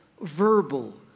verbal